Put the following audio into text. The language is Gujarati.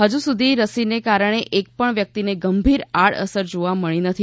હજુ સુધી રસીને કારણે એક પણ વ્યક્તિને ગંભીર આડઅસર જોવા મળી નથી